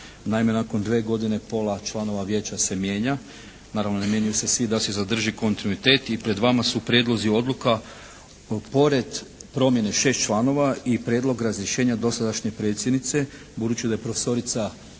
Naime, nakon dvije godine pola članova vijeća se mijenja. Naravno ne mijenjaju se svi da se zadrži kontinuitet i pred vama su prijedlozi odluka pored promjene 6 članova i prijedlog razrješenja dosadašnje predsjednice budući da je profesorica Ivezić